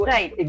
Right